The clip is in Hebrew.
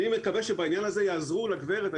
אני מקווה שבעניין הזה יעזרו לגברת.